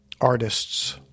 artists